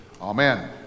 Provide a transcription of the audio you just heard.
Amen